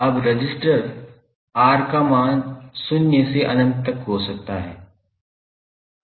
अब register R का मान शून्य से अनंत तक हो सकता है